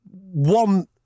one